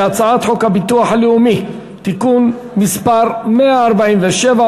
הצעת חוק הביטוח הלאומי (תיקון מס' 147,